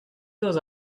those